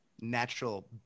Natural